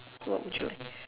what would you